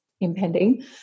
impending